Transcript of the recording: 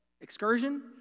excursion